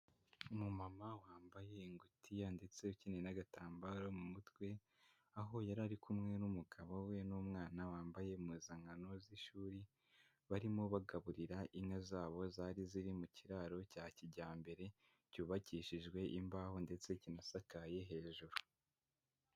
Umumama wambaye ingutiya ndetse ukenyeye n'agatambaro mu mutwe. Aho yari ari kumwe n'umugabo we n'umwana wambaye impuzankano z'ishuri, barimo bagaburira inka zabo zari ziri mu kiraro cya kijyambere cyubakishijwe imbaho ndetse kinasakaye hejuru.